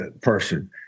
person